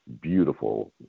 beautiful